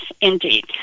indeed